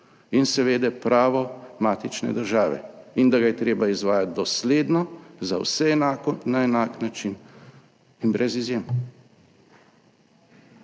in seveda pravo matične države, in da ga je treba izvajati dosledno, za vse enako, na enak način in brez izjem.